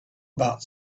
about